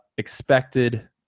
expected